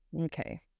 okay